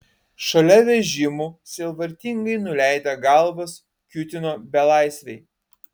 šalia vežimų sielvartingai nuleidę galvas kiūtino belaisviai